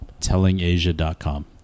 Tellingasia.com